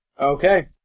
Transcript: Okay